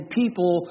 people